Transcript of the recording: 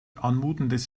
anmutendes